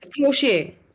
crochet